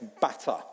batter